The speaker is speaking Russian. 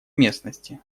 местности